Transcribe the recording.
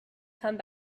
come